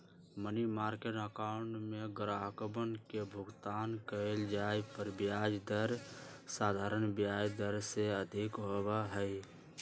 money market account में ग्राहकवन के भुगतान कइल जाये पर ब्याज दर साधारण ब्याज दर से अधिक होबा हई